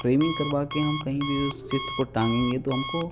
framing करवा के हम कहीं भी उस चित्र को टांगेंगे तो हमको